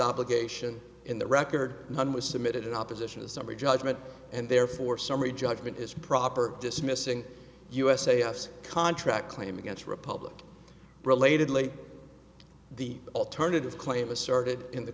obligation in the record none was submitted in opposition to summary judgment and therefore summary judgment is proper dismissing u s a s contract claim against republic relatedly the alternative claim asserted in the